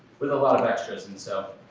with a lot of extras. and so,